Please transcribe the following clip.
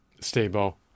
stable